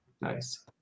Nice